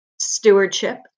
stewardship